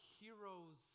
heroes